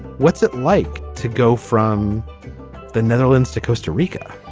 what's it like to go from the netherlands to costa rica.